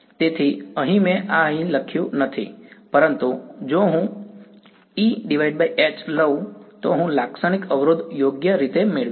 તેથી અહીં મેં આ અહીં લખ્યું નથી પરંતુ જો હું |E||H| લઉં હું લાક્ષણિક અવરોધ યોગ્ય રીતે મેળવીશ